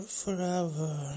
forever